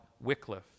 Wycliffe